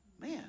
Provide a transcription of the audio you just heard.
Man